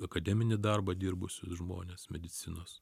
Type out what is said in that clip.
akademinį darbą dirbusius žmones medicinos